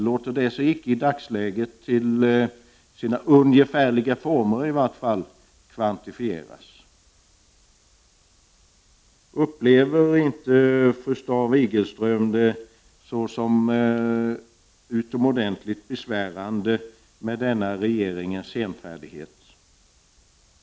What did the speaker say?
Låter det sig icke i dagsläget i varje fall ungefärligt kvantifieras? Upplever inte fru Staaf Igelström denna regeringens senfärdighet som utomordentligt besvärande?